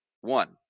one